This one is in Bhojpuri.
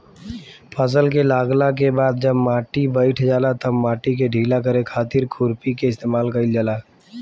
फसल के लागला के बाद जब माटी बईठ जाला तब माटी के ढीला करे खातिर खुरपी के इस्तेमाल कईल जाला